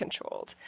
controlled